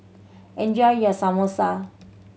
enjoy your Samosa